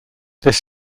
this